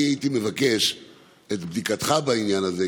אני הייתי מבקש את בדיקתך בעניין הזה,